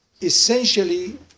essentially